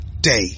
day